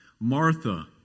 Martha